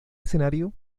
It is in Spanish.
escenario